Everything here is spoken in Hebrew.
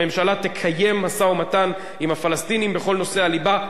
הממשלה תקיים משא-ומתן עם הפלסטינים בכל נושאי הליבה,